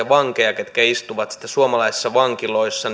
vankien ketkä istuvat suomalaisissa vankiloissa